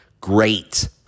great